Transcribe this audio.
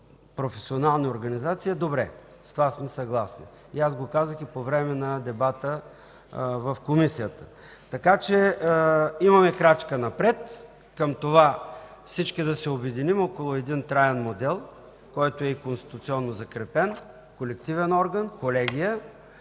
професионални организации е добре – с това сме съгласни, и аз го казах и по време на дебата в Комисията. Имаме крачка напред към това всички да се обединим около един траен модел, който е и конституционно закрепен – колективен орган, колегия,